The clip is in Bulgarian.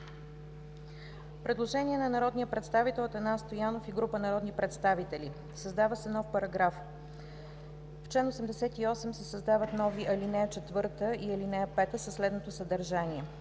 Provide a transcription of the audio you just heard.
Предложение на народния представител Атанас Стоянов и група народни представители: Създава се нов параграф: „В чл. 88 се създават нови ал. 4 и ал. 5 със следното съдържание: